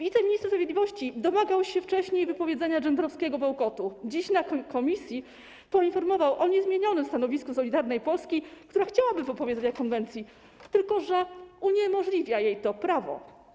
Wiceminister sprawiedliwości domagał się wcześniej wypowiedzenia genderowego bełkotu, dziś na posiedzeniu komisji poinformował o niezmienionym stanowisku Solidarnej Polski, która chciałaby wypowiedzenia konwencji, tylko że uniemożliwia jej to prawo.